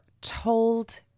told